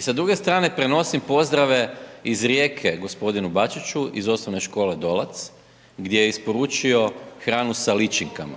Sa druge strane prenosim pozdrave iz Rijeke gospodinu Bačiću iz Osnovne škole Dolac gdje je isporučio hranu sa ličinkama.